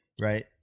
right